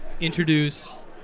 introduce